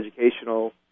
educational